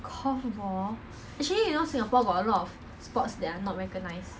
err what's what's that called ah 自己还的 it's not